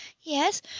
Yes